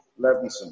Levinson